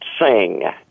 sing